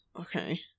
Okay